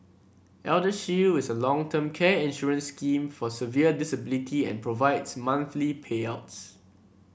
eldershield is a long term care insurance scheme for severe disability and provides monthly payouts